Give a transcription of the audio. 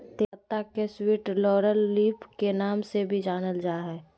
तेज पत्ता के स्वीट लॉरेल लीफ के नाम से भी जानल जा हइ